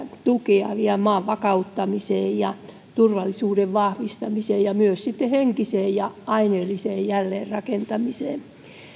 vielä tukea maan vakauttamiseen turvallisuuden vahvistamiseen ja myös henkiseen ja aineelliseen jälleenrakentamiseen